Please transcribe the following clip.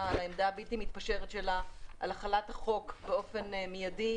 על העמדה הבלתי מתפשרת שלה על החלת החוק באופן מיידי,